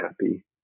happy